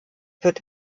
wird